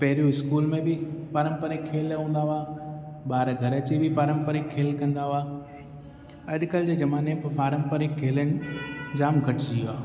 पहिरियों इस्कूल में बि पारम्परिकु खेल हूंदा हुआ ॿार घरु अची बि पारम्परिकु खेल कंदा हुआ अॼुकल्ह जे ज़माने में पारम्परिकु खेल आहिनि जामु घटिजी वियो आहे